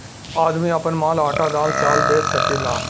आदमी आपन माल आटा दाल चावल बेच सकेला